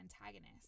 antagonist